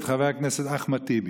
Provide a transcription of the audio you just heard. חבר הכנסת אחמד טיבי